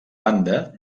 banda